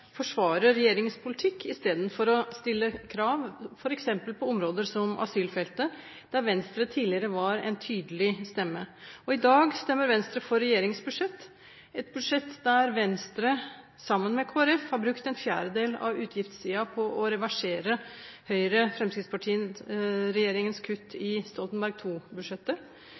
forsvarer regjeringens politikk i stedet for å stille krav f.eks. på områder som asylfeltet, der Venstre tidligere var en tydelig stemme. I dag stemmer Venstre for regjeringens budsjett – et budsjett der Venstre sammen med Kristelig Folkeparti har brukt en fjerdedel av utgiftssiden på å reversere Høyre–Fremskrittsparti-regjeringens kutt i Stoltenberg